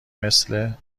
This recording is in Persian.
مثل